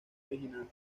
original